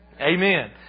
Amen